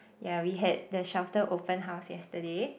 yeah we had the shelter open house yesterday